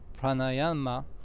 Pranayama